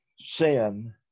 Sin